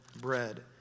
bread